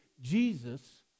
Jesus